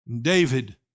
David